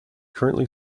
currently